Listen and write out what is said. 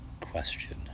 question